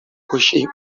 coixí